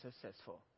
successful